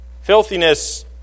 Filthiness